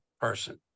person